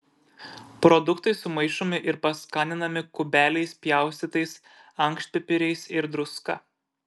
produktai sumaišomi ir paskaninami kubeliais pjaustytais ankštpipiriais ir druska